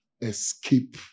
escape